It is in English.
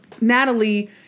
Natalie